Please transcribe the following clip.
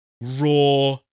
raw